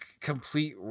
complete